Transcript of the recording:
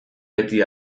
beti